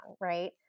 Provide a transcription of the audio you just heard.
right